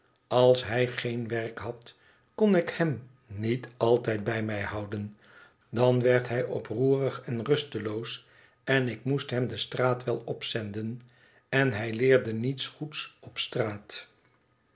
als hij reenwerk had kon ik hem niet altijd bij mij houden dan werd hij oproerig en rusteloos en ik moest hem de straat wel op zenden n hij leerde niets goeds op straat